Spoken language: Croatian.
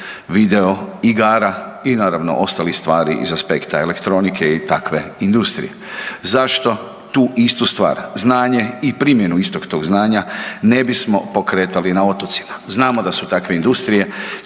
videoigara i naravno, ostalih stvari iz aspekta elektronike i takve industrije. Zašto tu istu stvar, znanje i primjenu istog tog znanja ne bismo pokretali na otocima. Znamo da su takve industrije